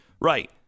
right